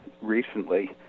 recently